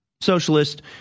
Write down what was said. socialist